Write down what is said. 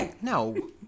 No